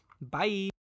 Bye